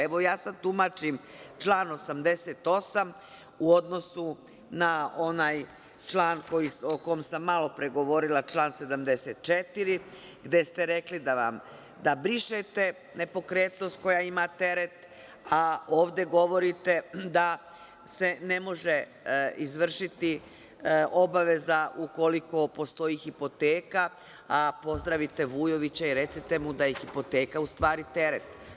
Evo, ja sad tumačim član 88. u odnosu na onaj član o kom sam malopre govorila, član 74, gde ste rekli da brišete nepokretnost koja ima teret, a ovde govorite da se ne može izvršiti obaveza ukoliko postoji hipoteka, a pozdravite Vujovića i recite mu da je hipoteka u stvari teret.